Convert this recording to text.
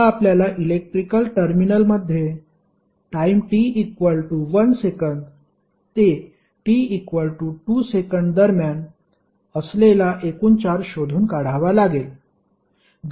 आता आपल्याला electrical terminal मध्ये टाइम t 1 सेकंद ते t 2 सेकंद दरम्यान असलेला एकूण चार्ज शोधून काढावा लागेल